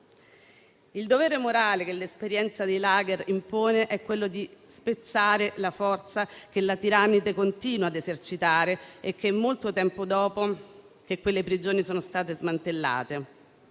Il dovere morale che l'esperienza dei *lager* impone è quello di spezzare la forza che la tirannide continua ad esercitare, anche molto tempo dopo che quelle prigioni sono state smantellate.